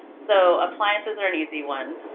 so, appliances are an easy one.